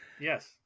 Yes